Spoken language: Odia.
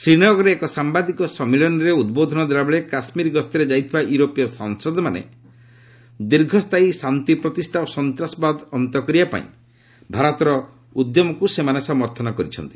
ଶ୍ରୀନଗରରେ ଏକ ସାମ୍ବାଦିକ ସମ୍ମିଳନୀରେ ଉଦ୍ବୋଧନ ଦେଲାବେଳେ କାଶ୍ମୀର ଗସ୍ତରେ ଯାଇଥିବା ୟୁରୋପୀୟ ସାଂସଦମାନେ ଦୀର୍ଘସ୍ଥାୟୀ ଶାନ୍ତି ପ୍ରତିଷ୍ଠା ଓ ସନ୍ତାସବାଦୀ ଅନ୍ତ କରିବାପାଇଁ ଭାରତର ଉଦ୍ୟମକୁ ସେମାନେ ସମର୍ଥନ କରୁଛନ୍ତି